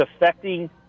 affecting